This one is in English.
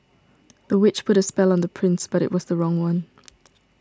the witch put a spell on the prince but it was the wrong one